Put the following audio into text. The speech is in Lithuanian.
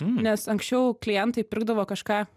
nes anksčiau klientai pirkdavo kažką